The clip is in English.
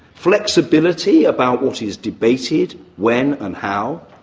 flexibility about what is debated, when and how,